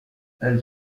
elle